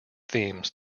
themes